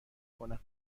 کنم